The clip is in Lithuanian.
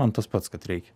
man tas pats kad reikia